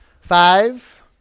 Five